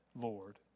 Lord